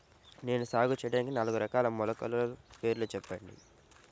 నేను సాగు చేయటానికి నాలుగు రకాల మొలకల పేర్లు చెప్పండి?